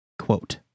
Quote